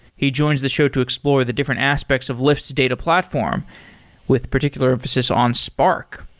he joins the show to explore the different aspects of lyft's data platform with particular emphasis on spark.